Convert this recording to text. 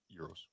euros